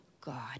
God